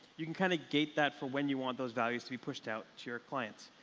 you can kind of gate that for when you want those values to be pushed out to your clients.